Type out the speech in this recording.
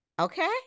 Okay